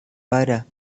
para